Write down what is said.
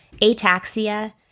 ataxia